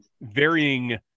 varying